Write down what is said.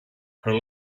her